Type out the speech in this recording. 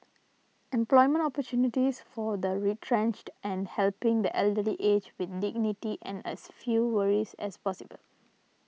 employment opportunities for the retrenched and helping the elderly age with dignity and as few worries as possible